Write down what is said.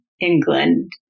England